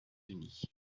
unis